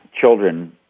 children